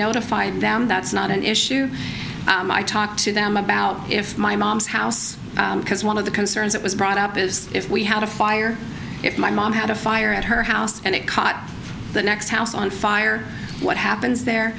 notify them that's not an issue i talk to them about if my mom's house because one of the concerns that was brought up is if we had a fire if my mom had a fire at her house and it caught the next house on fire what happens there